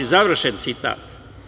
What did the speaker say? Završen citat.